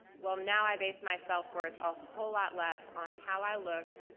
well now i base my self-worth a whole lot less on how i looked